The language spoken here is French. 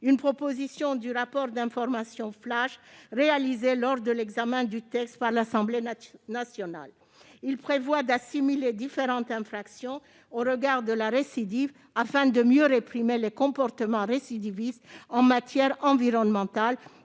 une proposition du rapport de la mission d'information flash, présentée lors de l'examen du texte par l'Assemblée nationale. Il vise à assimiler différentes infractions au regard de la récidive, afin de mieux réprimer les comportements récidivistes en matière environnementale